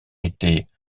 était